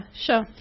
sure